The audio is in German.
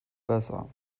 besser